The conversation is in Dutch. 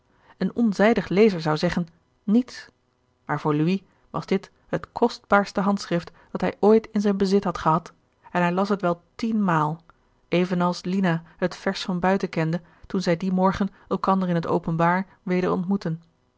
een onzijdig lezer zou zeggen niets maar voor louis was dit het kostbaarste handschrift dat hij ooit in zijn bezit had gehad en hij las het wel tienmaal even als lina het vers van buiten kende toen zij dien morgen elkander in het openbaar weder ontmoetten